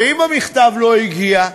ואם המכתב לא הגיע?